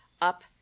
up